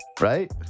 right